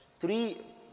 Three